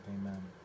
amen